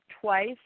twice